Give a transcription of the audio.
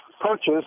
purchase